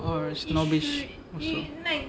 or snobbish also